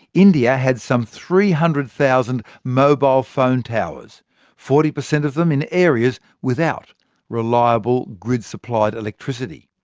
india had some three hundred thousand mobile phone towers forty per cent of them in areas without reliable grid-supplied electricity.